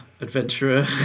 adventurer